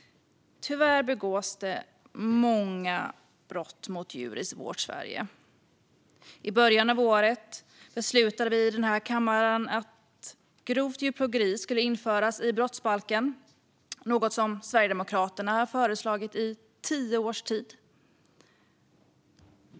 Tyvärr begås det många brott mot djur i vårt Sverige. I början av året beslutade vi i den här kammaren att grovt djurplågeri skulle införas i brottsbalken, något Sverigedemokraterna har föreslagit i tio års tid.